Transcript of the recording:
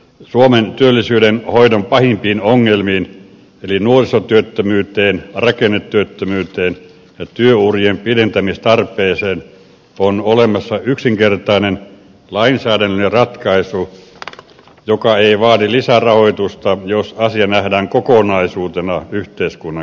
suomen työllisyyden hoidon pahimpiin ongelmiin eli nuorisotyöttömyyteen rakennetyöttömyyteen ja työurien pidentämistarpeeseen on olemassa yksinkertainen lainsäädännöllinen ratkaisu joka ei vaadi lisärahoitusta jos asia nähdään kokonaisuutena yhteiskunnan kannalta